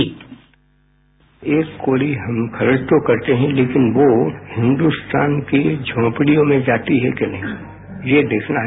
sound bite एक कौड़ी हम खर्च तो करते हैं लेकिन वो हिन्दुस्तान की झोपड़ियों में जाती है कि नहीं ये देखना है